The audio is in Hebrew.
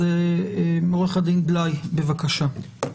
עורך דין בליי, בבקשה.